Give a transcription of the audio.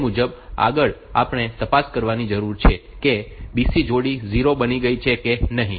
તે મુજબ આગળ આપણે તપાસ કરવાની જરૂર છે કે BC જોડી 0 બની ગઈ છે કે નહીં